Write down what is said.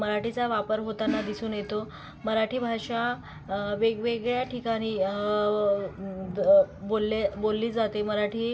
मराठीचा वापर होताना दिसून येतो मराठी भाषा वेगवेगळ्या ठिकाणी बोलले बोलली जाते मराठी